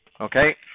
Okay